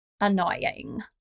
annoying